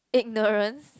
ignorance